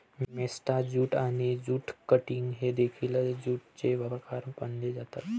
मेस्टा jute आणि jute cutting हे देखील ज्यूटचे प्रकार मानले जातात